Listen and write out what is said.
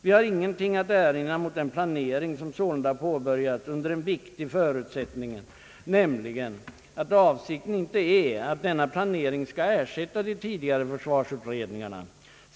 Vi har ingenting att erinra mot den planering som sålunda påbörjats — under en viktig förutsättning, nämligen att avsikten inte är att denna planering skall ersätta de tidigare försvarsutredningarna.